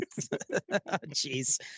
Jeez